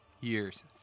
years